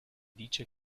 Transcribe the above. dice